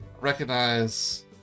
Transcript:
Recognize